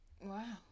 Wow